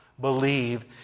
believe